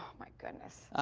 my goodness.